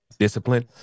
discipline